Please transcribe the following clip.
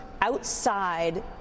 outside